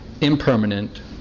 impermanent